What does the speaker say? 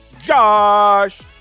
Josh